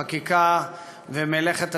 החקיקה ומלאכת הציבור,